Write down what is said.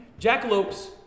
Jackalopes